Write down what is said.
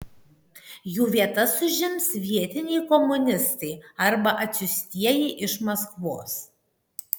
jų vietas užims vietiniai komunistai arba atsiųstieji iš maskvos